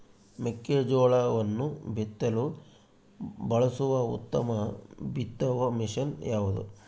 ಮೆಕ್ಕೆಜೋಳವನ್ನು ಬಿತ್ತಲು ಬಳಸುವ ಉತ್ತಮ ಬಿತ್ತುವ ಮಷೇನ್ ಯಾವುದು?